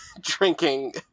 drinking